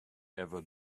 ever